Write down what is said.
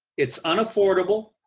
it's unaffordable,